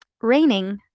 Raining